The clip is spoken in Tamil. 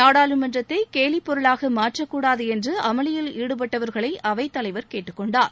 நாடாளுமன்றத்தை கேலி பொருளாக மாற்றக் கூடாது என்று அமளியில் ஈடுபட்டவர்களை அவைத் தலைவர் கேட்டுக் கொண்டார்